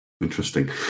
Interesting